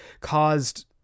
caused